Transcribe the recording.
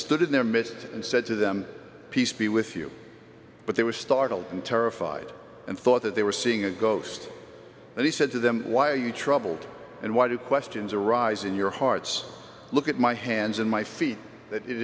stood in their midst and said to them peace be with you but they were startled and terrified and thought that they were seeing a ghost and he said to them why are you troubled and why do questions arise in your hearts look at my hands and my feet that i